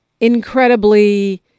incredibly